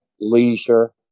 leisure